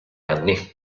anni